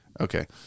Okay